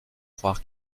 croire